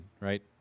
right